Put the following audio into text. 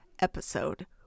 episode